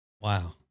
Wow